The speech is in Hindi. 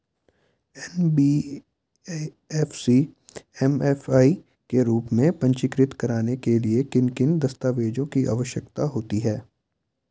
एन.बी.एफ.सी एम.एफ.आई के रूप में पंजीकृत कराने के लिए किन किन दस्तावेज़ों की आवश्यकता होती है?